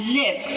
live